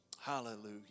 Hallelujah